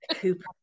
Cooper